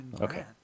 Okay